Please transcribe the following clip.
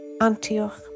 Antioch